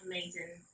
Amazing